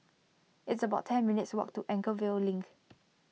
it's about ten minutes' walk to Anchorvale Link